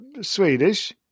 Swedish